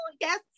yes